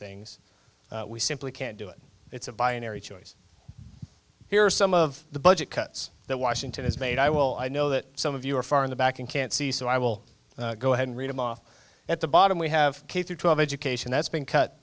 things we simply can't do it it's a binary choice here are some of the budget cuts that washington has made i will i know that some of you are far in the back and can't see so i will go ahead and read him off at the bottom we have k through twelve education that's been cut